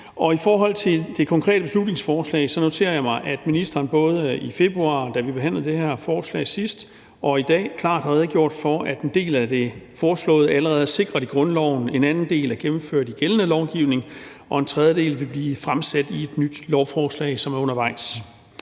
I forhold til det konkrete beslutningsforslag noterer jeg mig, at ministeren både i februar, da vi behandlede det her forslag sidst, og i dag, klart har redegjort for, at en del af det foreslåede allerede er sikret i grundloven, en anden del er gennemført i gældende lovgivning, og en tredje del vil blive fremsat i et nyt lovforslag, som er undervejs.